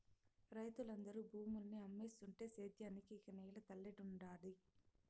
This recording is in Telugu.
రైతులందరూ భూముల్ని అమ్మేస్తుంటే సేద్యానికి ఇక నేల తల్లేడుండాది